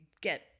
get